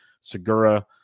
segura